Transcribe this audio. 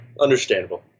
understandable